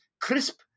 crisp